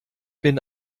bin